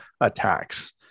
attacks